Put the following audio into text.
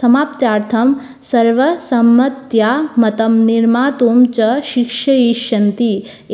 समाप्त्यर्थं सर्वसम्मत्या मतं निर्मातुं च शिक्षयिष्यन्ति